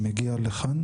שמגיע לכאן.